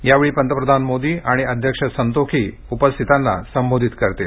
यावेळी पंतप्रधान मोदी आणि अध्यक्ष संतोखी उपस्थितांना संबोधित करणार आहेत